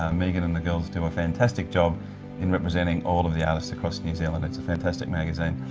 um megan and the girls do a fantastic job in representing all of the artists across new zealand it's a fantastic magazine.